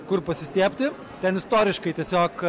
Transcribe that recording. kur pasistiebti ten istoriškai tiesiog